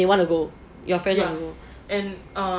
they want to go your friend wanna go